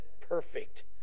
perfect